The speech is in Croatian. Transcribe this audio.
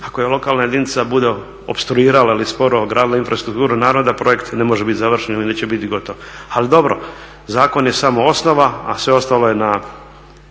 Ako je lokalna jedinica bude opstruirala ili sporo gradila infrastrukturu naravno da projekt ne može bit završen, onda neće biti gotov. Ali dobro, zakon je samo osnova, a sve ostalo je na